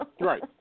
Right